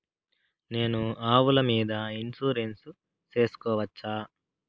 నేను ఆవుల మీద ఇన్సూరెన్సు సేసుకోవచ్చా?